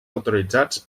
autoritzats